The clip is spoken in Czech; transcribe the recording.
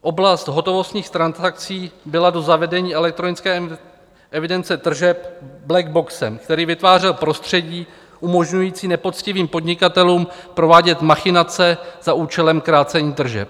Oblast hotovostních transakcí byla do zavedení elektronické evidence tržeb blackboxem, který vytvářel prostředí umožňující nepoctivým podnikatelům provádět machinace za účelem krácení tržeb.